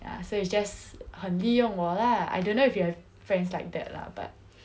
ya so it's just 很利用我 lah I don't know if you have friends like that lah but